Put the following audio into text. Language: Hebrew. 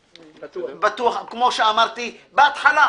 אני משאיר את זה כמו שאמרתי בהתחלה.